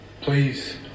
Please